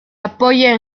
apoya